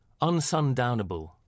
Unsundownable